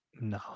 no